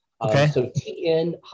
Okay